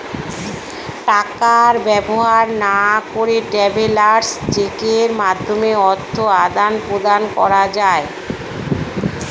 টাকা ব্যবহার না করে ট্রাভেলার্স চেকের মাধ্যমে অর্থ আদান প্রদান করা যায়